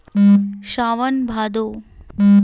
सावन भादो